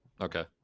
Okay